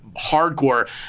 hardcore